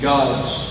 God's